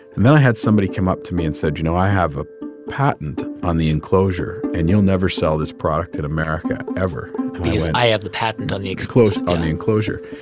and then i had somebody come up to me and said, you know, i have a patent on the enclosure. and you'll never sell this product in america, ever. because i have the patent on the enclosure. on the enclosure.